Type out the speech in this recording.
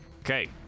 Okay